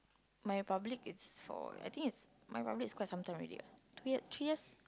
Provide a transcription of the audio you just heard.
My Republic is for I think it's My Republic is quite some time already what two year three years